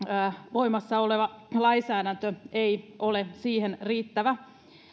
voimassa oleva lainsäädäntö ei ole siihen riittävä